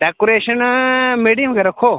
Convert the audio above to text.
decoration medium गै रक्खो